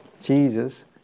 Jesus